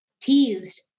teased